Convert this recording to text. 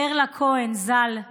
פרלה כהן ז"ל מדימונה,